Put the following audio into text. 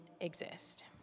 exist